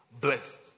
blessed